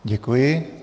Děkuji.